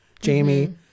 Jamie